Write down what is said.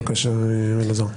תסיים, בבקשה, אלעזר.